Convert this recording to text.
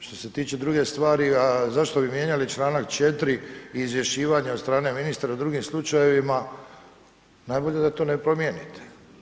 Što se tiče druge stvari, a zašto bi mijenjali čl. 4. izvješćivanje od strane ministra u drugim slučajevima, najbolje da to ne promijenite.